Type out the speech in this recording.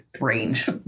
range